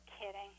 kidding